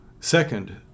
Second